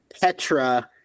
Petra